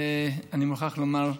אני מוכרח לומר: